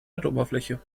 erdoberfläche